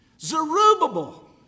Zerubbabel